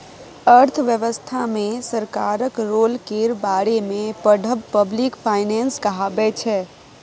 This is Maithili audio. अर्थव्यवस्था मे सरकारक रोल केर बारे मे पढ़ब पब्लिक फाइनेंस कहाबै छै